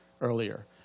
earlier